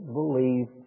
believe